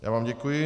Já vám děkuji.